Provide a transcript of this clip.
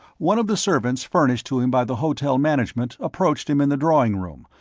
one of the servants furnished to him by the hotel management approached him in the drawing room,